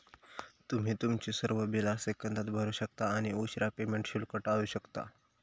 तुम्ही तुमची सर्व बिला सेकंदात भरू शकता आणि उशीरा पेमेंट शुल्क टाळू शकता